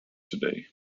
today